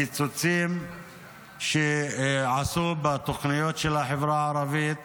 הקיצוצים שעשו בתוכניות של החברה הערבית